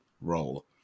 role